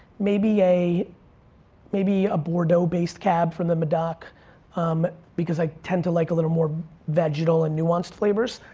maybe a maybe a bordeaux based cab from the medoc um because i tend to like a little more vegetal and nuanced flavors.